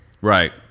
right